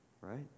right